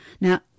Now